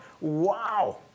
wow